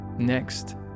next